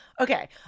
Okay